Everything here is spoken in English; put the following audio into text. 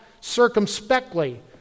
circumspectly